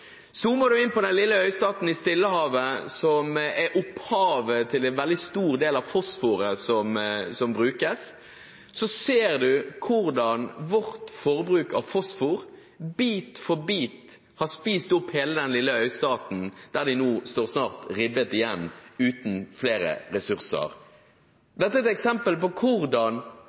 så å zoome enda mer inn på Nauru. Zoomer man inn på den lille øystaten i Stillehavet, som er opphavet til en veldig stor del av fosforet som brukes, ser man hvordan vårt forbruk av fosfor bit for bit har spist opp hele den lille øystaten, som nå snart står ribbet igjen, uten flere ressurser. Dette er et eksempel på hvordan